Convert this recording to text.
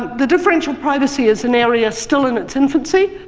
the differential privacy is an area still in its infancy,